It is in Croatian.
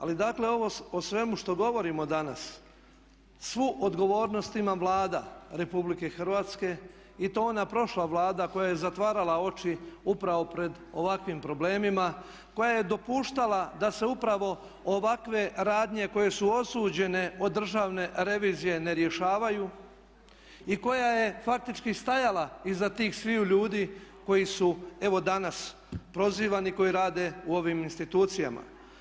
Ali dakle ovo o svemu što govorimo danas svu odgovornost ima Vlada Republike Hrvatske i to ona prošla Vlada koja je zatvarala oči upravo pred ovakvim problemima, koja je dopuštala da se upravo ovakve radnje koje su osuđene od Državne revizije ne rješavaju i koja je faktički stajala iza tih sviju ljudi koji su evo danas prozivani koji rade u ovim institucijama.